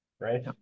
right